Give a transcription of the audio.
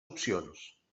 opcions